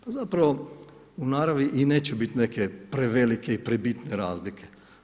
Pa zapravo u naravi i neće biti neke prevelike i prebitne razlike.